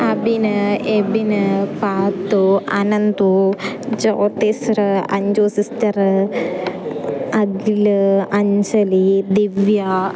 അഭിൻ എബിൻ പാത്തു അനന്തു ജോതി സ്റ് അഞ്ചു സിസ്റ്റർ അഖിൽ അഞ്ചലി ദിവ്യ